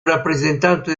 rappresentante